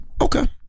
Okay